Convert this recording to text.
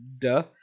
duh